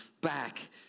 back